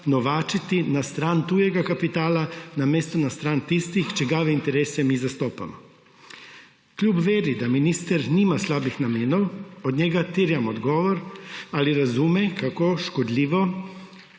novačiti na stran tujega kapitala namesto na stran tistih, katerih interese mi zastopamo. Kljub zavedanju, da minister nima slabih namenov, od njega terjam odgovor: Ali razume, kako škodljivo,